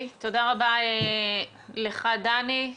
תודה רבה לך, דני.